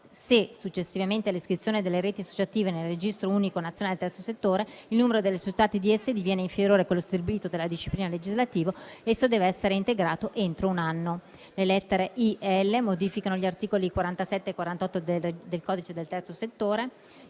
se successivamente all'iscrizione delle reti associative nel registro unico nazionale del Terzo settore, il numero degli associati di esse diviene inferiore a quello stabilito dalla disciplina legislativa e deve essere integrato entro un anno. Le lettere *i)* e *l)* modificano gli articoli 47 e 48 del codice del Terzo settore.